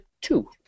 two